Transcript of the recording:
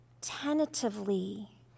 tentatively